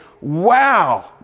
wow